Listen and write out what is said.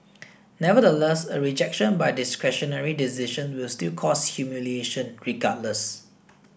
nevertheless a rejection by discretionary decisions will still cause humiliation regardless